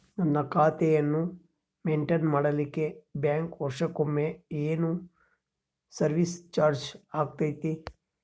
ನನ್ನ ಖಾತೆಯನ್ನು ಮೆಂಟೇನ್ ಮಾಡಿಲಿಕ್ಕೆ ಬ್ಯಾಂಕ್ ವರ್ಷಕೊಮ್ಮೆ ಏನು ಸರ್ವೇಸ್ ಚಾರ್ಜು ಹಾಕತೈತಿ?